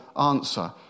answer